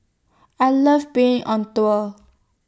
I love being on tour